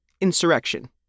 insurrection